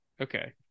Okay